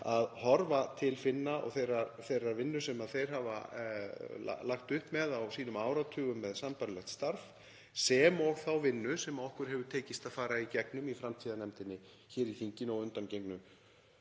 að horfa til Finna og þeirrar vinnu sem þeir hafa lagt upp með á sínum áratugum með sambærilegt starf, sem og þeirrar vinnu sem okkur hefur tekist að fara í gegnum í framtíðarnefndinni hér í þinginu á undangengnum